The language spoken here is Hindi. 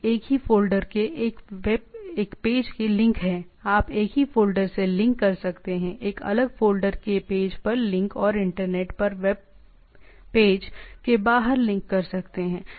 एक ही फ़ोल्डर के एक पेज के लिंक है आप एक ही फ़ोल्डर से लिंक कर सकते हैं एक अलग फ़ोल्डर के पेज पर लिंक और इंटरनेट पर वेब पेज के बाहर लिंक कर सकते हैं